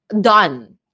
done